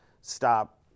Stop